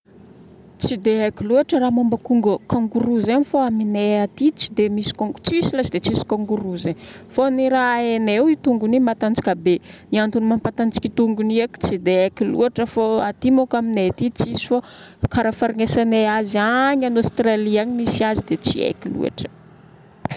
Tsy dia haiko loatra raha momba kôngo- kangourou zagny fa aminay aty tsy dia misy kôngo- tsisy lay s- dia tsisy kôngourou zegny. Fô ny arha hainay, ny tongony igny matanjaka be. Ny antony mampatanjaka i tongony io eky tsy dia haiko loatra fô aty moko aminay aty tsisy fô karaha faharegnesanay agny an'Aostralia agny misy azy dia tsy haiko loatra.